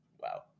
Wow